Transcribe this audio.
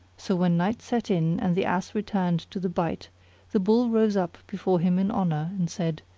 so when night set in and the ass returned to the byte the bull rose up before him in honour, and said,